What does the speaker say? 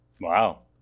Wow